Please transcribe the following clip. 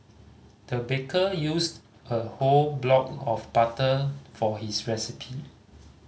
the baker used a whole block of butter for his recipe